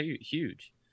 huge